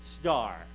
star